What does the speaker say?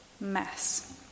mess